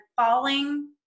falling